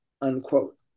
unquote